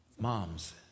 Moms